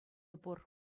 пур